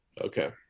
Okay